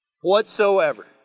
whatsoever